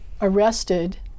arrested